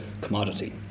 commodity